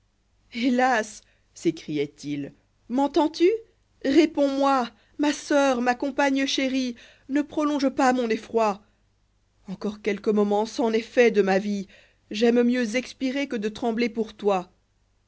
hélas sécrioit il m'entends-tu réponds-moi ma soeur ma compagne chérie ne prolonge pas mon effroi encor quelques moments c'en est fait de ma viei j'aime mieux expirer que de trembler pour toi